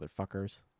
motherfuckers